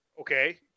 Okay